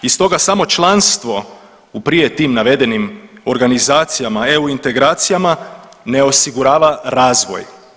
I stoga samo članstvo u tim prije navedenim organizacijama, EU integracijama ne osigurava razvoj.